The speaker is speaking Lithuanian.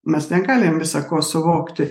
mes negalim visa ko suvokti